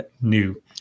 new